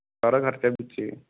ਸਾਰਾ ਖ਼ਰਚਾ ਵਿੱਚ ਹੀ